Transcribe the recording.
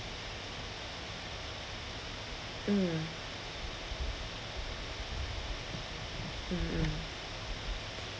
mm mm mm